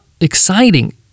exciting